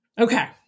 Okay